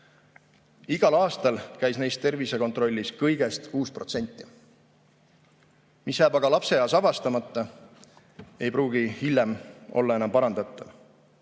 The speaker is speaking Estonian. Igal aastal käis neist tervisekontrollis kõigest 6%. Mis jääb aga lapseeas avastamata, ei pruugi hiljem olla enam parandatav.